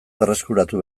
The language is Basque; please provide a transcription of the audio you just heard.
berreskuratu